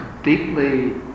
deeply